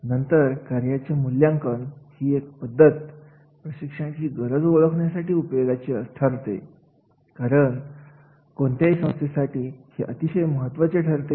आणि या घरांच्या मूल्यांकन यामध्ये आपण संस्थात्मक अवलोकन व्यक्तिगत अवलोकन आणि कार्याचे अवलोकन या विषयी बोललो